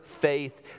faith